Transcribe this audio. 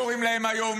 כך קוראים להם היום,